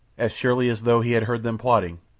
as surely as though he had heard them plotting,